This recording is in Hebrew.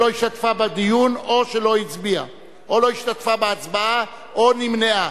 שלא השתתפה בדיון או שלא הצביעה או לא השתתפה בהצבעה או נמנעה.